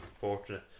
Fortunate